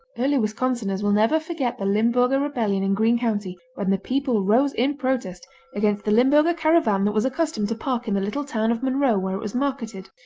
early wisconsiners will never forget the limburger rebellion in green county, when the people rose in protest against the limburger caravan that was accustomed to park in the little town of monroe where it was marketed.